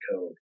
code